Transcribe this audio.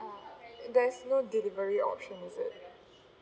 uh there's no delivery option is it